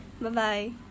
Bye-bye